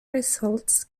results